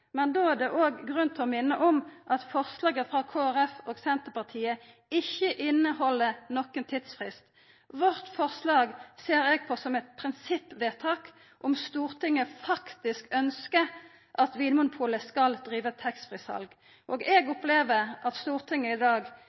Men då er det òg grunn til å minna om at forslaget frå Kristelig Folkeparti og Senterpartiet ikkje inneheld nokon tidsfrist. Forslaget vårt ser eg på som eit prinsippvedtak om Stortinget faktisk ønskjer at Vinmonopolet skal driva taxfree-sal. Eg opplever at i Stortinget i dag